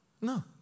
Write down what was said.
No